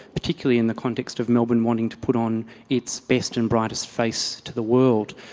particularly in the context of melbourne wanting to put on its best and brightest face to the world.